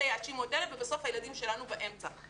אלה יאשימו את אלה ובסוף הילדים שלנו באמצע.